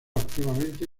activamente